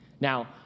Now